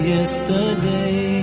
Yesterday